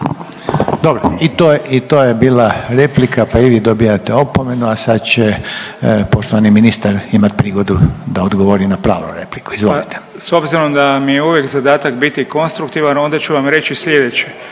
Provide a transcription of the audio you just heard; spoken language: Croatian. to je, i to je bila replika pa i vi dobivate opomenu, a sad će poštovani ministar imat prigodu da odgovori na pravu repliku, izvolite. **Beroš, Vili (HDZ)** S obzirom da mi je uvijek zadatak biti konstruktivan, onda ću vam reći sljedeće,